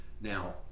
now